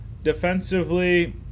Defensively